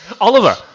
Oliver